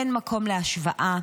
אין מקום להשוואה,